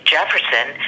Jefferson